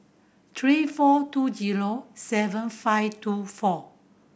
three four two zero seven five two four